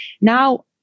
now